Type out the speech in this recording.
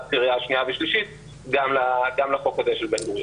קריאה שנייה ושלישית גם לחוק הזה של בן-גוריון.